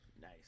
Nice